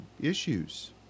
issues